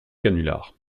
canulars